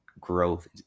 growth